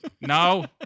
No